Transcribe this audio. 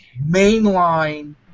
mainline